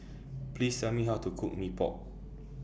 Please Tell Me How to Cook Mee Pok